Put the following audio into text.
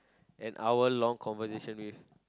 an hour long conversation with